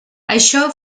això